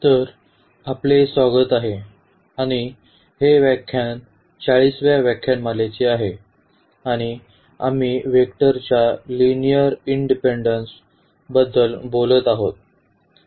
तर आपले स्वागत आहे आणि हे व्याख्यान 40 आहे आणि आम्ही वेक्टरच्या लिनिअर इंडिपेंडन्सबद्दल बोलत आहोत